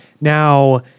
Now